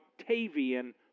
Octavian